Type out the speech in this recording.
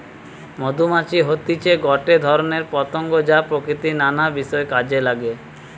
মধুমাছি হতিছে গটে ধরণের পতঙ্গ যা প্রকৃতির নানা বিষয় কাজে নাগে